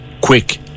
quick